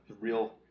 real